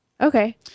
Okay